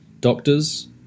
doctors